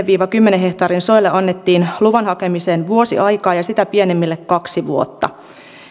viiva kymmenen hehtaarin soille annettiin luvan hakemiseen vuosi aikaa ja sitä pienemmille kaksi vuotta